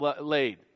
laid